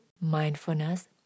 mindfulness